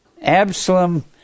Absalom